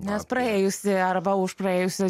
nes praėjusi arba už praėjusius